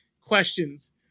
questions